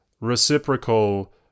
reciprocal